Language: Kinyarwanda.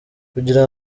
kugira